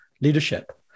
leadership